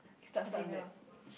continue lah